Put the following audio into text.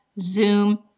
Zoom